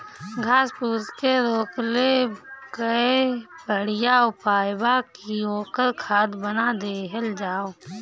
घास फूस के रोकले कअ बढ़िया उपाय बा कि ओकर खाद बना देहल जाओ